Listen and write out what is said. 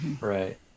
right